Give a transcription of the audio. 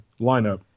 lineup